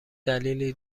دلیلی